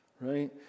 Right